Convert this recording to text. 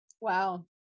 Wow